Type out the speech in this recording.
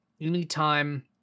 anytime